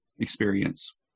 experience